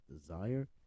desire